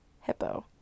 hippo